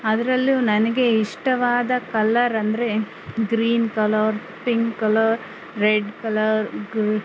ಅದ್ರಲ್ಲೂ ನನಗೆ ಇಷ್ಟವಾದ ಕಲ್ಲರ್ ಅಂದ್ರೆ green colour pink colour red colour ಗ್ರ್